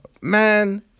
man